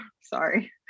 sorry